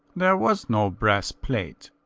there was no brass plate.